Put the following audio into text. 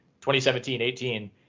2017-18